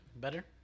better